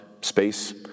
space